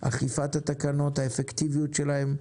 על אכיפת התקנות, על האפקטיביות שלהן,